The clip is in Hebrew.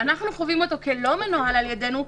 ואנחנו חווים אותו כלא מנוהל על ידינו,